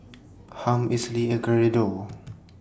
Harm Esley and Geraldo